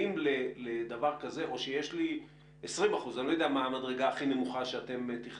או שיש לי 20%. אני לא יודע מה המדרגה הכי נמוכה שתכננתם.